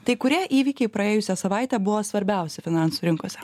tai kurie įvykiai praėjusią savaitę buvo svarbiausi finansų rinkose